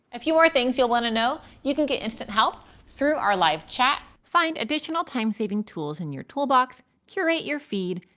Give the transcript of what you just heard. a few more things you'll want to know you can get instant help through our live chat, find additional time-saving tools in your toolbox, curate your feed,